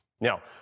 Now